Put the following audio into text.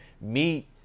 meet